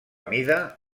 mida